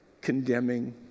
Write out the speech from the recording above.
condemning